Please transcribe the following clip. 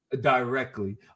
directly